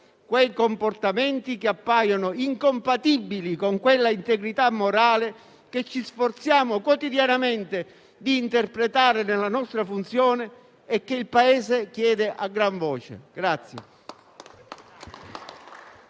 i comportamenti che appaiono incompatibili con quell'integrità morale che ci sforziamo quotidianamente di interpretare nella nostra funzione e che il Paese chiede a gran voce.